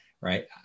right